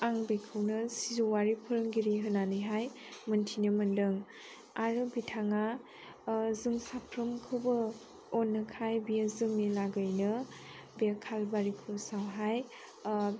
आं बेखौनो सिजौआरि फोरोंगिरि होननानैहाय मोन्थिनो मोन्दों आरो बिथाङा जों साफ्रोमखौबो अनोखाय बियो जोंनि लागैनो बे कालबारि क्रुसावहाय